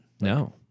No